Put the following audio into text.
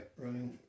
Running